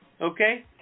okay